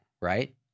right